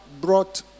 brought